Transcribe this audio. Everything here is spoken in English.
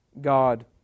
God